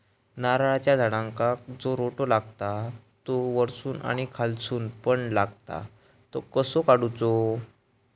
नारळाच्या झाडांका जो रोटो लागता तो वर्सून आणि खालसून पण लागता तो कसो काडूचो?